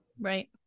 Right